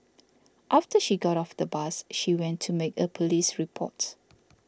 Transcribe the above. after she got off the bus she went to make a police report